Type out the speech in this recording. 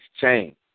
change